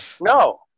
No